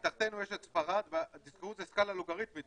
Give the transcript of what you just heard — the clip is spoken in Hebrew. תראו מתחתינו יש את ספרד ותזכרו שזו סקלה לוגריתמית,